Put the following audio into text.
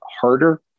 harder